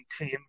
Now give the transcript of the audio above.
team